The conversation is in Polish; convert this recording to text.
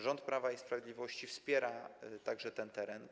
Rząd Prawa i Sprawiedliwości wspiera ten teren.